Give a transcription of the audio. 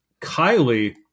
Kylie